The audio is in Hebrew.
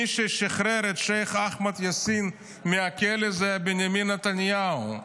מי ששחרר את שייח' אחמד יאסין מהכלא זה בנימין נתניהו.